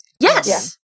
Yes